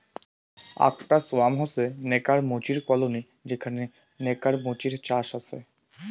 আকটা সোয়ার্ম হসে নেকার মুচির কলোনি যেখানে নেকার মুচির চাষ হসে